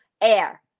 air